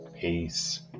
peace